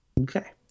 okay